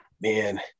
man